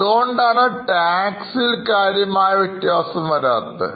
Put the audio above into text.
അതുകൊണ്ടാണ് ടാക്സിൽ കാര്യമായ വ്യത്യാസം വരാത്തത്